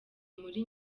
muri